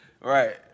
Right